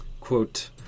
quote